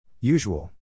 Usual